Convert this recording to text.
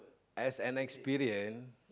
as an experience